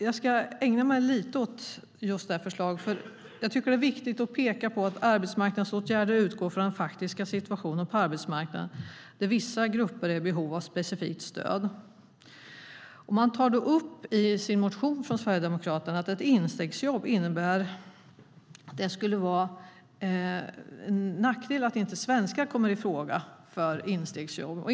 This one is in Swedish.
Jag ska ägna mig lite åt den, för jag tycker att det är viktigt att peka på att arbetsmarknadsåtgärder utgår från den faktiska situationen på arbetsmarknaden, där vissa grupper är i behov av specifikt stöd. Sverigedemokraterna tar i sin motion upp att ett instegsjobb innebär en nackdel genom svenskar inte kommer i fråga för dem.